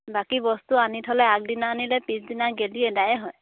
বাকী বস্তু আনি থ'লে আগদিনা আনিলে পিছদিনা গেলি এদায়ে হয়